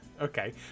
okay